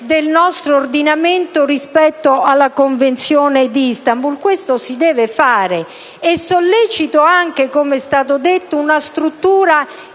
del nostro ordinamento rispetto alla Convenzione di Istanbul. Questo si deve fare, e sollecito anche, come è stato rilevato, una struttura